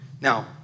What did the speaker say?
Now